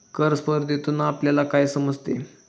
कर स्पर्धेतून आपल्याला काय समजते?